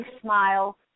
smile